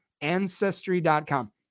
Ancestry.com